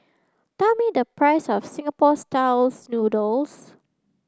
tell me the price of Singapore styles noodles